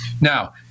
Now